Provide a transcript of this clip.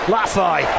Lafay